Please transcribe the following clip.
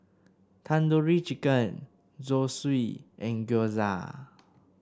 Tandoori Chicken Zosui and Gyoza